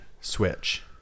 switch